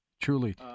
Truly